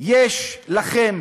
יש אצלכם,